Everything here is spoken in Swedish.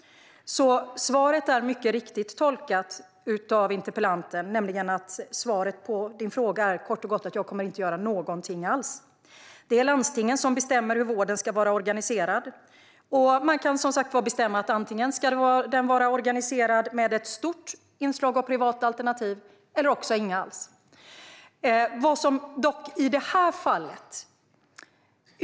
Svaret är mycket riktigt tolkat av interpellanten, nämligen kort och gott att jag inte kommer att göra någonting alls. Det är landstingen som bestämmer hur vården ska vara organiserad. Man kan, som sagt var, bestämma att vården antingen ska vara organiserad med ett stort inslag av privata alternativ eller också med inga sådana inslag alls.